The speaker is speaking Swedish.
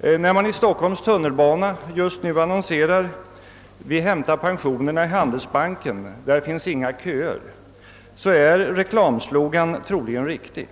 När man i Stockholms tunnelbana annonserar: »Vi hämtar pensionerna i Handelsbanken, där finns inga köer», är reklamslogan troligen riktig,